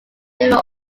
david